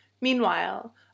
Meanwhile